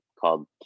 called